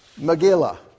Megillah